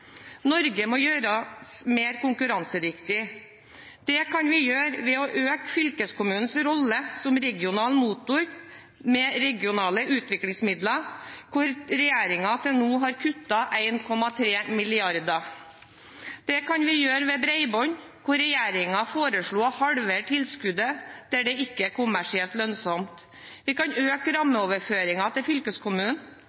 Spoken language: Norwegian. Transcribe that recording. Norge må gjøres mer konkurransedyktig. Det kan vi gjøre ved å øke fylkeskommunens rolle som regional motor med regionale utviklingsmidler, hvor regjeringen til nå har kuttet 1,3 mrd. kr. Det kan vi gjøre ved bredbånd, hvor regjeringen foreslo å halvere tilskuddet der det ikke er kommersielt lønnsomt. Vi kan øke